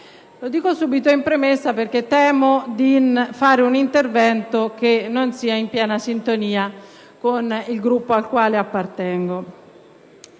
Lo dico subito in premessa perché temo di fare un intervento che non sia in piena sintonia con il Gruppo al quale appartengo.